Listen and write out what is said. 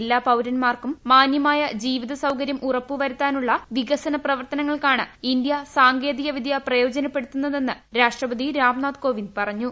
എല്ലാ പൌരൻമാർക്കും മാന്യമായ ജീവിത സൌകര്യം ഉറപ്പുവരുത്താനുള്ള വികസന പ്രവർത്തനങ്ങൾക്കാണ് ഇന്തൃ സാങ്കേതികവിദൃ പ്രയോജനപ്പെടുത്തുന്നതെന്ന് രാഷ്ട്രപതി രാംനാഥ് കോവിന്ദ് പറഞ്ഞു